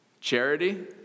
Charity